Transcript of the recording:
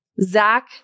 Zach